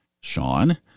Sean